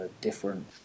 different